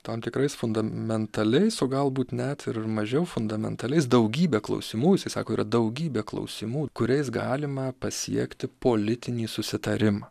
tam tikrais fundamentaliais o galbūt net ir mažiau fundamentaliais daugybe klausimų jisai sako yra daugybė klausimų kuriais galima pasiekti politinį susitarimą